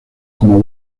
como